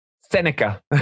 Seneca